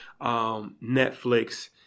Netflix